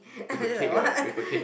with a cake right with a cake